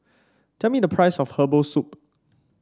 tell me the price of Herbal Soup